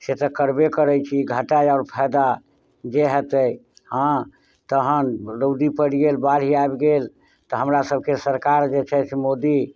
से तऽ करबे करैत छी घाटा आओर फायदा जे हेतै हँ तहन रौदी पड़ि गेल बाढ़ि आबि गेल तऽ हमरासभके सरकार जे छै से मोदी